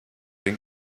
den